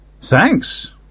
Thanks